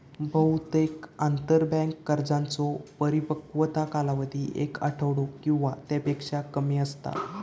बहुतेक आंतरबँक कर्जांचो परिपक्वता कालावधी एक आठवडो किंवा त्यापेक्षा कमी असता